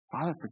Father